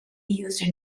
used